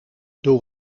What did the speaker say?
door